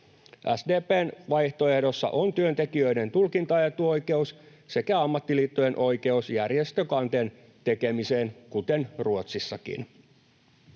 SDP:n vaihtoehdossa on työntekijöiden tulkintaetuoikeus sekä ammattiliittojen oikeus järjestökanteen tekemiseen kuten Ruotsissakin.